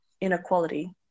inequality